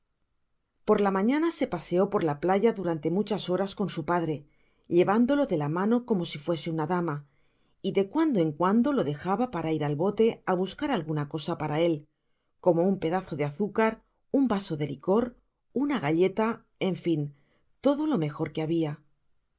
prjr la mañana se paseó por la playa durante muchas horas eon su padre flevándólo de la mano como si fuese una dama y de cuando en cuando lo dejaba para ir al bote á buscar alguna cosa para él como un pedazo de azúcar un vaso de licor una galleta en fin todo jo mejor que habia